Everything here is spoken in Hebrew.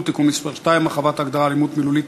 (תיקון מס' 2) (הרחבת ההגדרה "אלימות מילולית"),